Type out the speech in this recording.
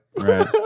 right